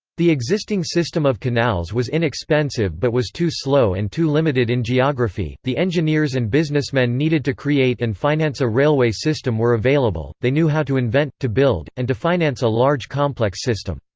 the existing system of canals was inexpensive but was too slow and too limited in geography the engineers and businessmen needed to create and finance a railway system were available they knew how to invent, to build, and to finance a large complex system.